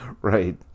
Right